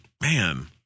Man